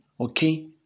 okay